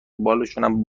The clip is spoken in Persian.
بالشونم